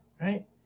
right